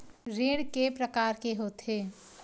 ऋण के प्रकार के होथे?